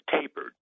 tapered